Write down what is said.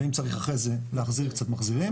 ואם צריך אחרי זה להחזיר אנחנו מחזירים,